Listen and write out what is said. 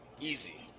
easy